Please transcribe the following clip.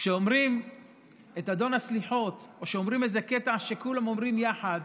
כשאומרים את אדון הסליחות או כשאומרים איזה קטע שכולם אומרים יחד,